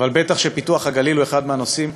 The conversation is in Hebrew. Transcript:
אבל בטח שפיתוח הגליל הוא אחד מהנושאים